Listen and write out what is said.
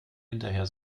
hinterher